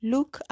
Look